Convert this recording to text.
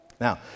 Now